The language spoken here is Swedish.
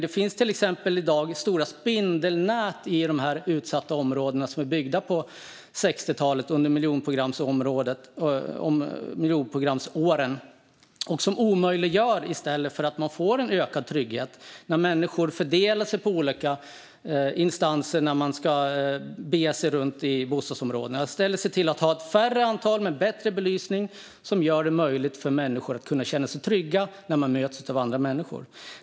Exempelvis finns det i dag stora spindelnät av vägar i dessa utsatta miljonprogramsområden som är byggda på 1960-talet. Det omöjliggör i stället för att skapa ökad trygghet. Människor fördelar sig på olika instanser när man ska bege sig runt i bostadsområdena. Det är bättre att ha ett mindre antal med bättre belysning, som gör det möjligt för människor att känna sig trygga när de möts av andra människor.